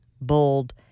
bold